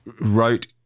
wrote